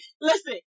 Listen